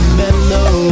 mellow